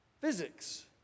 physics